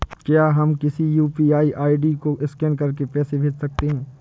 क्या हम किसी यू.पी.आई आई.डी को स्कैन करके पैसे भेज सकते हैं?